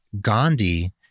Gandhi